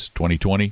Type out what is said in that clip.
2020